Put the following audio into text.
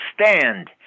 stand